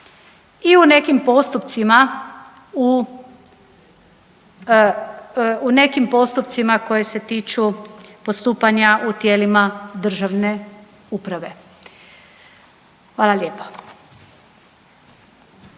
u nekim postupcima koji se tiču postupanja u tijelima državne uprave. Hvala lijepa.